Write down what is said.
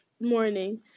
morning